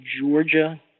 Georgia